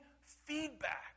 feedback